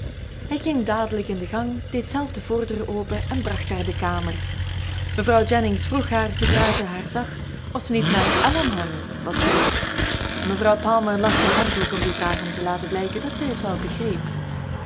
hij ging dadelijk in de gang deed zelf de voordeur open en bracht haar in de kamer mevrouw jennings vroeg haar zoodra ze haar zag of ze niet naar allenham was geweest en mevrouw palmer lachte hartelijk om die vraag om te laten blijken dat zij het wel begreep